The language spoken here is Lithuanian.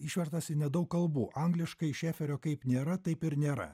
išverstas į nedaug kalbų angliškai šeferio kaip nėra taip ir nėra